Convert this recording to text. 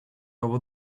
over